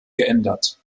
geändert